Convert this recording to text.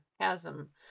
chasm